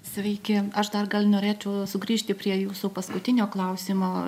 sveiki aš dar gal norėčiau sugrįžti prie jūsų paskutinio klausimo